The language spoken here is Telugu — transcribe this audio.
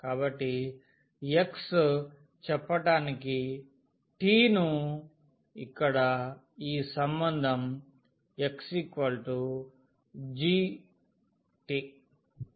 కాబట్టి x చెప్పటానికి t ను ఇక్కడ ఈ సంబంధం x g